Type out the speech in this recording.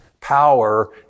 power